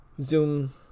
zoom